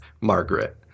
Margaret